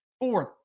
Fourth